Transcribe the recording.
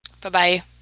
Bye-bye